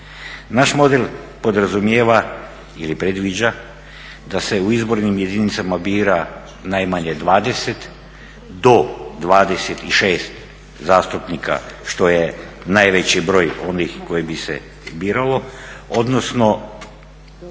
Naš model podrazumijeva ili predviđa da se u izbornim jedinica bira najmanje 20 do 26 zastupnika što je najveći broj onih koji bi se biralo, odnosno